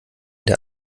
der